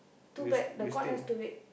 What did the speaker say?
too bad the court has to wait